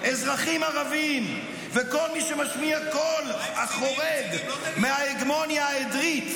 אזרחים ערבים וכל מי שמשמיע קול החורג מההגמוניה העדרית,